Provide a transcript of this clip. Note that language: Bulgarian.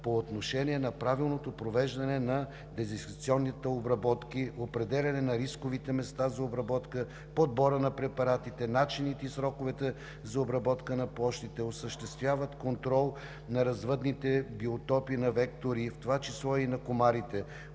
по отношение на правилното провеждане на дезинсекционни обработки, определяне на рисковите места за обработка, подбора на препаратите, начините и сроковете за обработка на площите, осъществяване контрол на развъдните биотопи на вектори, в това число и на комарите,